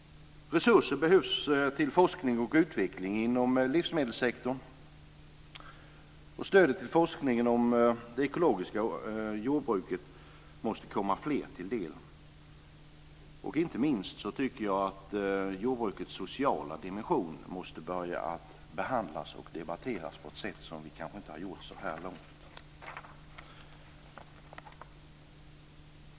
Resurser behövs till forskning och utveckling inom livsmedelssektorn. Stödet till forskningen om det ekologiska jordbruket måste komma fler till del. Inte minst måste jordbrukets sociala dimension börja att behandlas och debatteras på ett sätt som vi kanske inte har gjort så här långt.